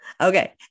Okay